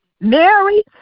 Mary